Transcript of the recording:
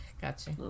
gotcha